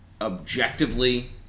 objectively